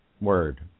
word